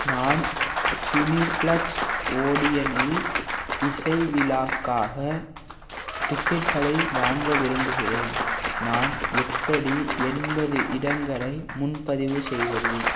நான் சினிஃப்ளெக்ஸ் ஓடியன்னில் இசை விழாக்காக டிக்கெட்களை வாங்க விரும்புகிறேன் நான் எப்படி எண்பது இடங்களை முன்பதிவு செய்வது